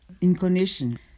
incarnation